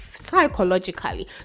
Psychologically